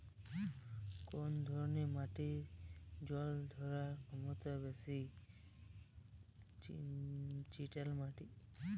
কোন ধরণের মাটির জল ধারণ ক্ষমতা সবচেয়ে বেশি?